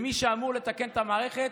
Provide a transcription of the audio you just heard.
מי שאמור לתקן את המערכת